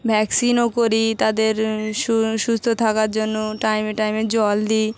ভ্যাকসিনও করি তাদের সুস্থ থাকার জন্য টাইমে টাইমে জল দিই